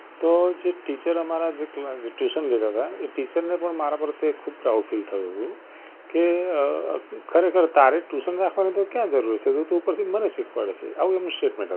તો જે ટીચર અમારા જે ટ્યૂશન લેતા હતા એ ટીચરને પણ મારા પ્રત્યે ખૂબ પ્રાઉડ ફીલ થયું કે ખરેખર તારે ટ્યૂશન રાખવાની તો ક્યાં જરૂર છે તું તો ઉપરથી મને શીખવાડે છે આવું એમનું સ્ટેટમેન્ટ હતું